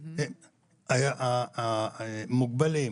המוגבלים,